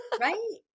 Right